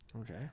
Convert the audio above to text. okay